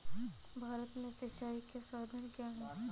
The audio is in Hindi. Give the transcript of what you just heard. भारत में सिंचाई के साधन क्या है?